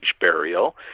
burial